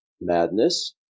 madness